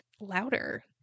louder